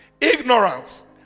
Ignorance